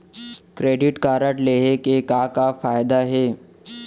Credit card लेहे के का का फायदा हे?